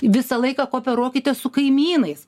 visą laiką kooperuokitės su kaimynais